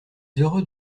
heureux